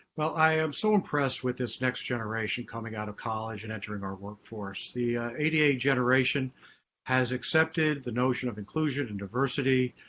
i'm so impressed with this next generation coming out of college and entering our work force. the ada generation has accepted the notion of inclusion and diversity.